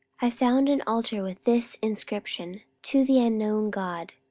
i found an altar with this inscription, to the unknown god.